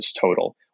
total